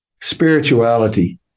Spirituality